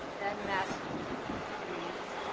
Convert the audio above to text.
then master's degrees,